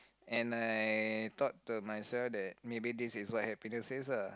and I thought to myself that maybe this is what happiness says ah